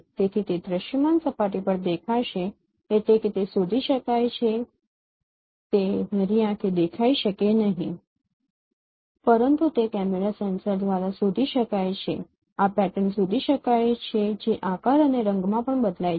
તેથી તે દૃશ્યમાન સપાટી પર દેખાશે એટલે કે તે શોધી શકાય છે તે નરી આંખે દેખાઈ શકે નહીં પરંતુ તે કેમેરા સેન્સર દ્વારા શોધી શકાય છે આ પેટર્ન શોધી શકાય છે જે આકાર અને રંગમાં પણ બદલાય છે